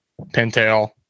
pintail